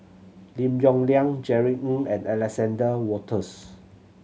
Lim Yong Liang Jerry Ng and Alexander Wolters